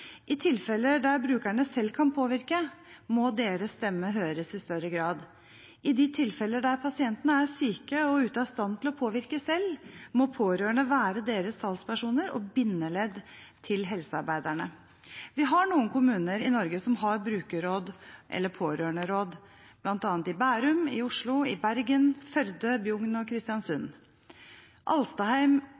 I tilfeller der brukerne selv kan påvirke, må deres stemme høres i større grad. I de tilfeller der pasientene er syke og ute av stand til å påvirke selv, må pårørende være deres talspersoner og bindeledd til helsearbeiderne. Vi har noen kommuner i Norge som har brukerråd eller pårørenderåd, bl.a. i Bærum, Oslo, Bergen, Førde, Bjugn og Kristiansund.